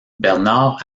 bernard